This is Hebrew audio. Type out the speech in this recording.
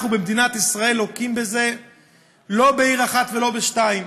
במדינת ישראל לוקים בו לא בעיר אחת ולא בשתיים.